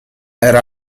era